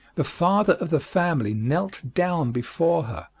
the father of the family knelt down before her,